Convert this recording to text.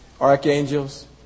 archangels